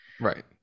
right